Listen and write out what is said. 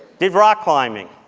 did rock-climbing,